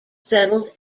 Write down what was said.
settled